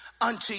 unto